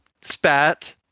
spat